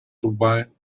turbine